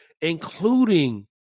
including